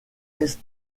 est